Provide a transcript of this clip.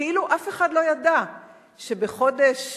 כאילו אף אחד לא ידע שבחודשים ינואר,